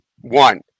One